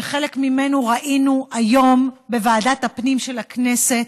שחלק ממנו ראינו היום בוועדת הפנים של הכנסת,